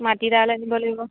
মাটি দাল আনিব লাগিব